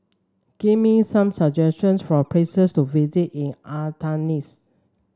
give me some suggestions for places to visit in Athens